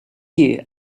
you